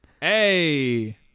Hey